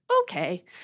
okay